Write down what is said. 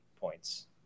points